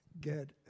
get